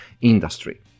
industry